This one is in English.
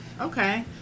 Okay